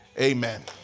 Amen